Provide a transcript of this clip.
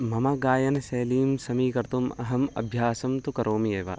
मम गायनशैलीं समीकर्तुम् अहम् अभ्यासं तु करोमि एव